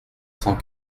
cent